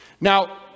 Now